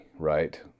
right